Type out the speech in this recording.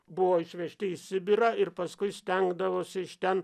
buvo išvežti į sibirą ir paskui stengdavosi iš ten